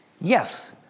yes